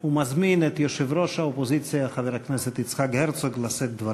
ומזמין את יושב-ראש האופוזיציה חבר הכנסת יצחק הרצוג לשאת דברים.